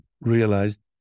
realized